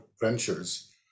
ventures